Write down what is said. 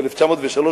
ב-1903,